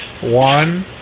one